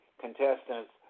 contestants